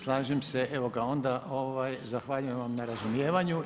Slažem se, evo ga onda zahvaljujem vam na razumijevanju.